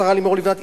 השרה לימור לבנת,